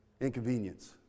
Inconvenience